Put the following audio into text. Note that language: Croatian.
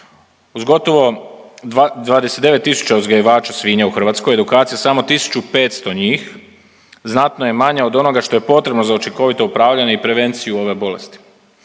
Uz gotovo 29 tisuća uzgajivača svinja u Hrvatskoj, edukaciju je samo 1500 njih, znatno je manja od onoga što je potrebno za učinkovito upravljanje i prevenciju ove bolesti.